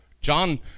John